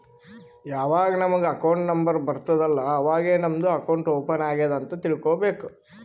ಯಾವಾಗ್ ನಮುಗ್ account number ಬರ್ತುದ್ ಅಲ್ಲಾ ಅವಾಗೇ ನಮ್ದು ಅಕೌಂಟ್ ಓಪನ್ ಆಗ್ಯಾದ್ ಅಂತ್ ತಿಳ್ಕೋಬೇಕು